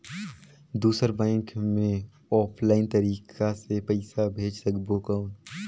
दुसर बैंक मे ऑफलाइन तरीका से पइसा भेज सकबो कौन?